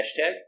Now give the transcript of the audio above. Hashtag